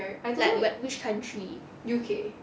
like where which country